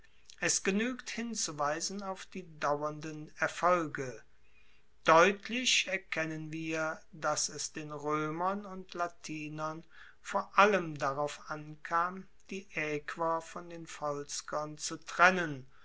es genuegt hinzuweisen auf die dauernden erfolge deutlich erkennen wir dass es den roemern und latinern vor allem darauf ankam die aequer von den volskern zu trennen